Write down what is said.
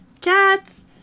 cats